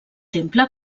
temple